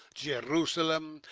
jerusalem,